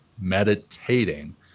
meditating